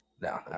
no